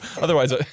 otherwise